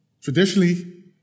traditionally